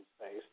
space